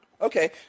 Okay